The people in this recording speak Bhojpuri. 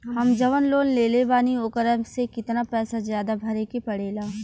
हम जवन लोन लेले बानी वोकरा से कितना पैसा ज्यादा भरे के पड़ेला?